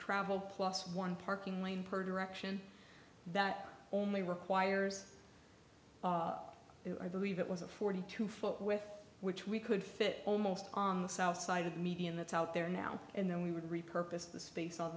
travel plus one parking lane per direction that only requires i believe it was a forty two foot with which we could fit almost on the south side of the median that's out there now and then we would repurposed the space